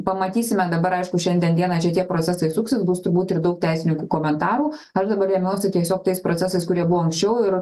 pamatysime dabar aišku šiandien dieną šitie procesai suksis bus turbūt ir daug teisininkų komentarų aš dabar rėmiausi tiesiog tais procesais kurie buvo anksčiau ir